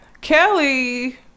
Kelly